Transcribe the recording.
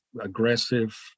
aggressive